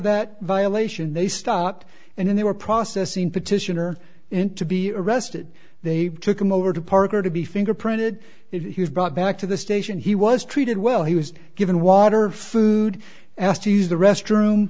that violation they stopped and they were processing petitioner and to be arrested they took him over to parker to be fingerprinted he was brought back to the station he was treated well he was given water food asked to use the restroom